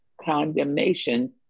condemnation